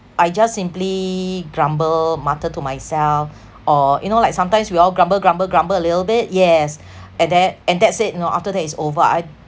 I just simply grumble mutter to myself or you know like sometimes we all grumble grumble grumble a little bit yes and that and that's it you know after that is over I